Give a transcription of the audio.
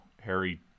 Harry